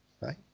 right